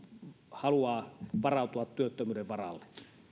haluaa varautua työttömyyden varalle